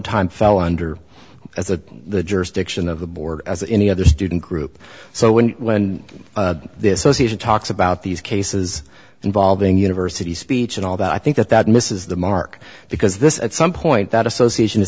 time fell under as of the jurisdiction of the board as any other student group so when this o c talks about these cases involving university speech and all that i think that that misses the mark because this at some point that association